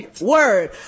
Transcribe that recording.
word